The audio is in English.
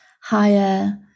higher